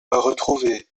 retrouvés